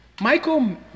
Michael